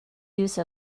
use